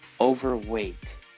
overweight